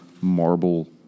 marble